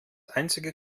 einzige